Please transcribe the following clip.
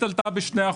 הריבית עלתה ב-2%.